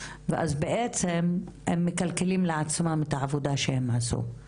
לסגור אותו שוב בלי לנטוע שום דבר.